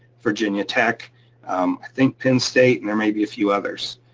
virginia tech, i think penn state, and there may be a few others.